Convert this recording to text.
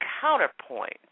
Counterpoint